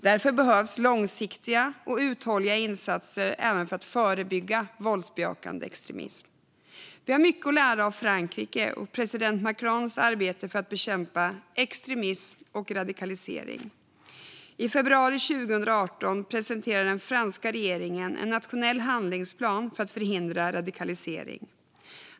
Därför behövs långsiktiga och uthålliga insatser även för att förebygga våldsbejakande extremism. Vi har mycket att lära av Frankrike och president Macrons arbete för att bekämpa extremism och radikalisering. I februari 2018 presenterade den franska regeringen en nationell handlingsplan för att förhindra radikalisering.